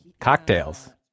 cocktails